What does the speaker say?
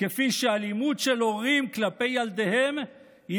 כפי שאלימות של הורים כלפי ילדיהם היא